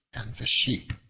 and the sheep